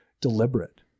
deliberate